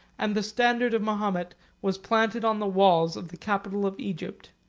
and the standard of mahomet was planted on the walls of the capital of egypt.